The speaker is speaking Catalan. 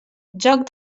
joc